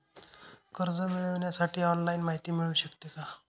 कर्ज मिळविण्यासाठी ऑनलाईन माहिती मिळू शकते का?